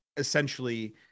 essentially